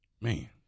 Man